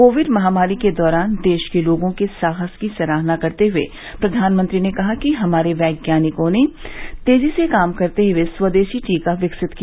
Covid महामारी के दौरान देश के लोगों के साहस की सराहना करते हुए प्रधानमंत्री ने कहा कि हमारे वैज्ञानिकों ने तेजी से काम करते हुए स्वदेशी टीका विकसित किया